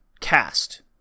cast